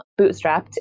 bootstrapped